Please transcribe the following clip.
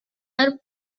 are